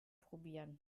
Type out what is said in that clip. probieren